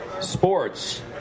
sports